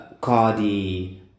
Cardi